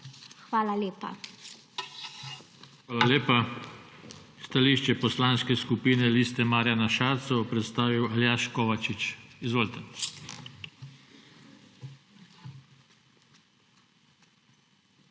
TANKO:** Hvala lepa. Stališče Poslanske skupine Liste Marjana Šarca bo predstavil Aljaž Kovačič. Izvolite.